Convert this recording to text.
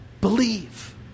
Believe